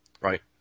right